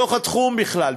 לתחום בכלל.